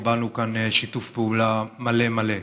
קיבלנו כאן שיתוף פעולה מלא מלא.